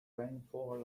rainfall